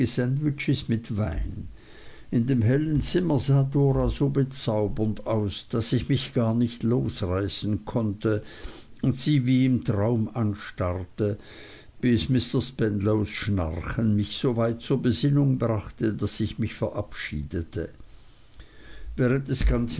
mit wein in dem hellen zimmer sah dora so bezaubernd aus daß ich mich gar nicht losreißen konnte und sie wie im traum anstarrte bis mr spenlows schnarchen mich so weit zur besinnung brachte daß ich mich verabschiedete während des ganzen